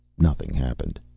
nothing happened.